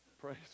Praise